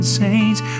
saints